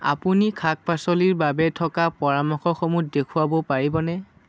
আপুনি শাক পাচলিৰ বাবে থকা পৰামৰ্শসমূহ দেখুৱাব পাৰিবনে